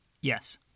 Yes